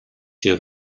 się